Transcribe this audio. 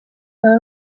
que